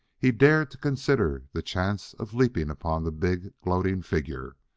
he dared to consider the chance of leaping upon the big, gloating figure.